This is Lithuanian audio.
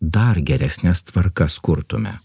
dar geresnes tvarkas kurtume